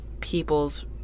people's